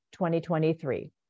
2023